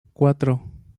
cuatro